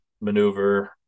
maneuver